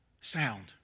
sound